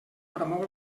promou